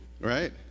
Right